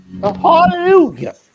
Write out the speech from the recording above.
Hallelujah